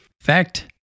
fact